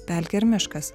pelkė ar miškas